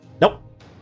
Nope